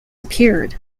appeared